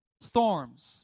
Storms